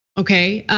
okay?